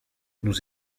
nous